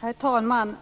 Herr talman!